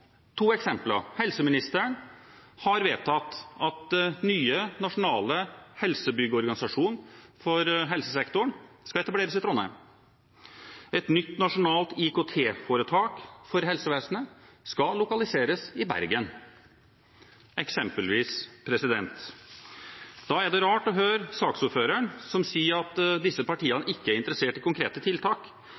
to eksempler: Helseministeren har vedtatt at den nye nasjonale helsebygg-organisasjonen for helsesektoren skal etableres i Trondheim, og et nytt nasjonalt IKT-foretak for helsevesenet skal lokaliseres i Bergen – eksempelvis. Da var det rart å høre saksordføreren, som sa at disse partiene ikke er interessert i konkrete tiltak.